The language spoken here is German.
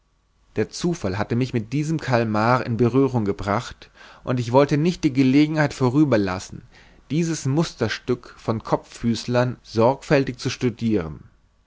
der zufall hatte mich mit diesem kalmar in berührung gebracht und ich wollte nicht die gelegenheit vorüber lassen dieses musterstück von kopffüßlern sorgfältig zu studiren